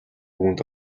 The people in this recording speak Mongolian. үүнд